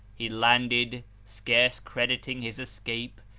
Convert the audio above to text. he landed, scarce crediting his escape,